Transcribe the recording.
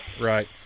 right